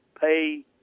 pay